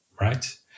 right